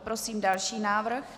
Prosím další návrh.